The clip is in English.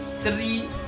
three